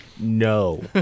No